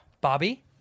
Bobby